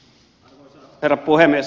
arvoisa herra puhemies